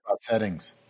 settings